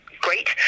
great